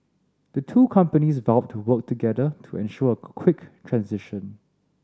the two companies vowed to work together to ensure a quick transition